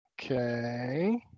Okay